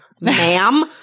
Ma'am